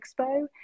expo